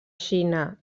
xina